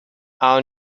our